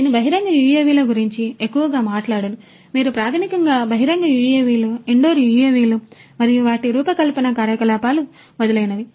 నేను బహిరంగ యుఎవిల గురించి ఎక్కువగా మాట్లాడాను మీరు ప్రాథమికంగా బహిరంగ యుఎవిలు ఇండోర్ యుఎవిలు మరియు వాటి రూపకల్పన కార్యకలాపాలు మొదలైనవి